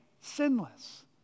sinless